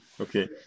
Okay